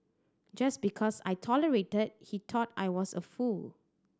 just because I tolerated he thought I was a fool